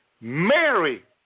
Mary